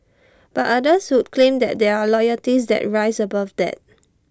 but others would claim that there are loyalties that rise above that